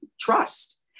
trust